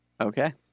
Okay